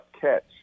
catch